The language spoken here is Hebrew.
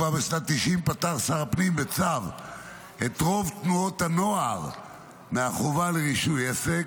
כבר בשנת 1990 פטר שר הפנים בצו את רוב תנועות הנוער מהחובה לרישוי עסק,